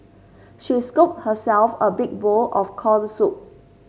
she scooped herself a big bowl of corn soup